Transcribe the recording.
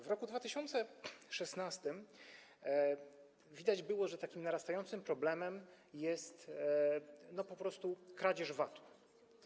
W roku 2016 widać było, że takim narastającym problemem jest po prostu kradzież VAT-u.